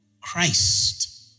Christ